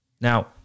Now